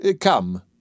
Come